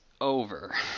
over